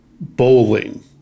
bowling